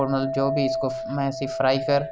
इक्क साढ़े राश्ट्र कवि न